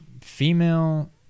Female